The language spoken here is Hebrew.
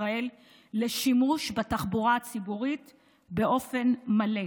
ישראל לשימוש בתחבורה הציבורית באופן מלא.